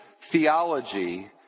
theology